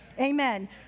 Amen